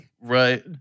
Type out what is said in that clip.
Right